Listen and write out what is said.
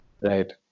Right